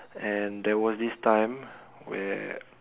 and there was this time where